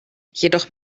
jedoch